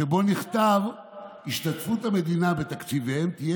שבו נכתב: "השתתפות המדינה בתקציביהם תהיה